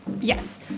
Yes